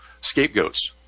scapegoats